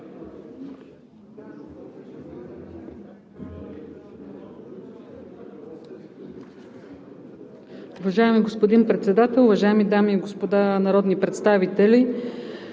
Уважаеми господин Председател, уважаеми дами и господа народни представители!